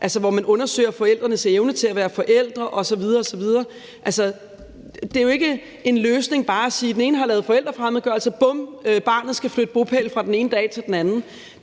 altså undersøger forældrenes evne til at være for eller osv. osv. Det er jo ikke en løsning bare at sige: Den ene har lavet forælderfremmedgørelse – bum, barnet skal flytte bopæl fra den ene dag til den anden.